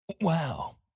wow